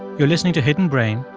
you're listening to hidden brain.